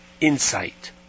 insight